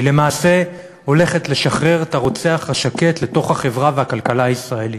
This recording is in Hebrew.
היא למעשה הולכת לשחרר את הרוצח השקט לתוך החברה והכלכלה הישראלית.